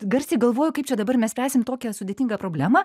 garsiai galvoju kaip čia dabar mes tęsim tokią sudėtingą problemą